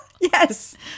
Yes